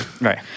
Right